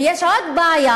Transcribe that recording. ויש עוד בעיה,